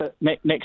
Next